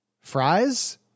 Fries